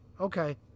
Okay